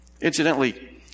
Incidentally